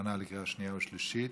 להכנה לקריאה שנייה ושלישית?